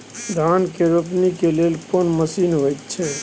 धान के रोपनी के लेल कोन मसीन होयत छै?